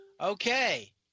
Okay